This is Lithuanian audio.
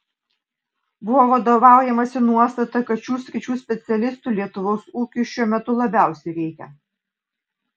buvo vadovaujamasi nuostata kad šių sričių specialistų lietuvos ūkiui šiuo metu labiausiai reikia